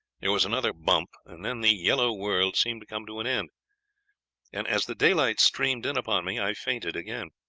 there was another bump, and then the yellow world seemed to come to an end and as the daylight streamed in upon me i fainted again.